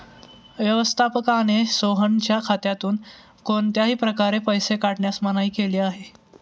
व्यवस्थापकाने सोहनच्या खात्यातून कोणत्याही प्रकारे पैसे काढण्यास मनाई केली आहे